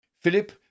Philip